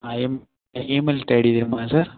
ஆ ஈம் ஈமெயில் த் ஐடி வேணுமா சார்